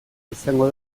izango